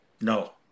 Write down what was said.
No